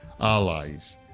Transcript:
allies